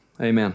Amen